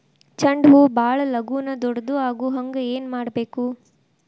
ಚಂಡ ಹೂ ಭಾಳ ಲಗೂನ ದೊಡ್ಡದು ಆಗುಹಂಗ್ ಏನ್ ಮಾಡ್ಬೇಕು?